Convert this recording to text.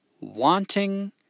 wanting